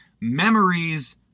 Memories